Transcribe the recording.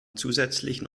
zusätzlichen